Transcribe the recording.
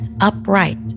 upright